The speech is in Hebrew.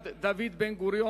(יד דוד בן-גוריון),